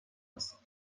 است